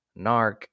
Narc